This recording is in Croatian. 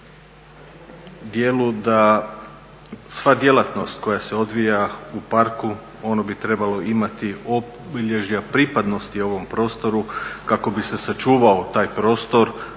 sva djelatnost koja se odvija u parku ono bi trebalo imati obilježja pripadnosti ovom prostoru kako bi se sačuvao taj prostor,